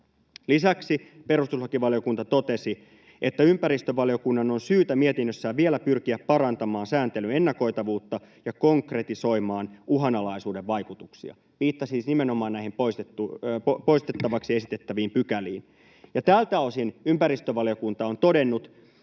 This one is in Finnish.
Lisäksi perustuslakivaliokunta totesi, että ”ympäristövaliokunnan on syytä mietinnössään vielä pyrkiä parantamaan sääntelyn ennakoitavuutta ja konkretisoimaan uhanalaisuuden vaikutuksia” — viittaa siis nimenomaan näihin poistettavaksi esitettäviin pykäliin. Ja tältä osin ympäristövaliokunta on todennut,